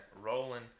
rolling